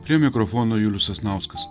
prie mikrofono julius sasnauskas